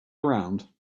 around